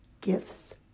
Gifts